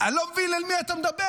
אני לא מבין אל מי אתה מדבר.